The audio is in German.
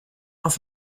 auf